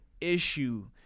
issue